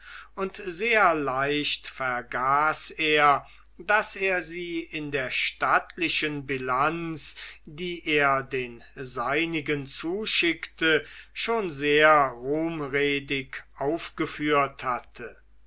und sehr leicht vergaß er daß er sie in der stattlichen bilanz die er den seinigen zuschickte schon sehr ruhmredig aufgeführt hatte